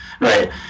right